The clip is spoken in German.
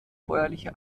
bäuerliche